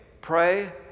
pray